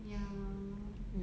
ya